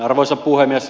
arvoisa puhemies